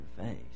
face